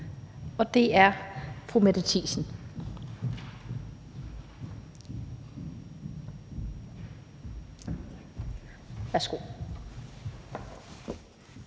og det er fru Mette Thiesen.